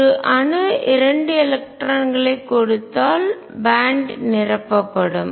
ஒரு அணு 2 எலக்ட்ரான்களைக் கொடுத்தால் பேன்ட் பட்டை நிரப்பப்படும்